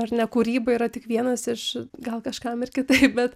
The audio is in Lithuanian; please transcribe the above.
ar ne kūryba yra tik vienas iš gal kažkam ir kitaip bet